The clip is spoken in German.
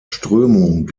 strömung